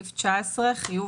נכון?